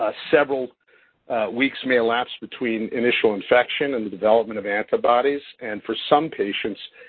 several weeks may lapse between initial infection and the development of antibodies and for some patients,